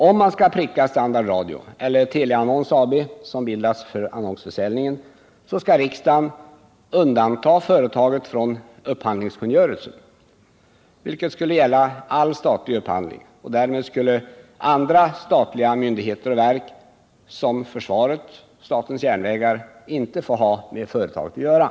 Om man skall pricka Standard Radio eller Teleannons AB, som bildats för annonsförsäljning, skall riksdagen undanta företaget från upphandlingskungörelsen, vilket skulle gälla all statlig upphandling. Därmed skulle andra statliga myndigheter och verk, som försvaret och statens järnvägar, inte få ha med företaget att göra.